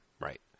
right